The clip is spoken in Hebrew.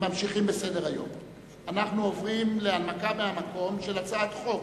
אני קובע שהצעת חוק